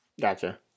gotcha